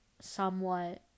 somewhat